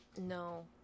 No